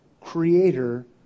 creator